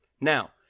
Now